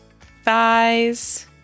thighs